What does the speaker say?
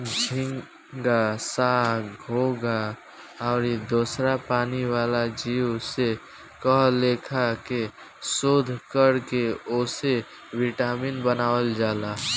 झींगा, संख, घोघा आउर दोसर पानी वाला जीव से कए लेखा के शोध कर के ओसे विटामिन बनावल जाला